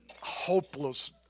hopeless